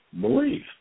believe